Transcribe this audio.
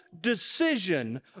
decision